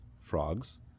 frogs